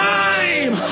time